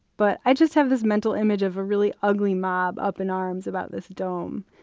but i just have this mental image of a really ugly mob up in arms about this dome.